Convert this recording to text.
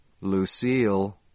Lucille